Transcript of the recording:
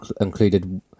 included